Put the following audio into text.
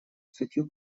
статью